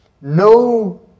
No